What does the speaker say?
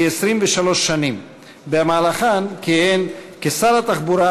כ-23 שנים שבמהלכן כיהן כשר התחבורה